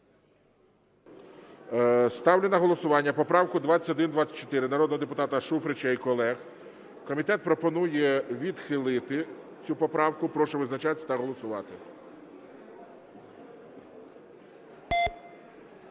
Ставлю на голосування поправку 2124 народного депутата Шуфрича і колег. Комітет пропонує відхилити цю поправку. Прошу визначатися та голосувати.